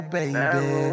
baby